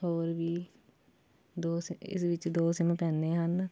ਹੋਰ ਵੀ ਦੋ ਸ ਇਸ ਵਿੱਚ ਦੋ ਸਿੰਮ ਪੈਂਦੇ ਹਨ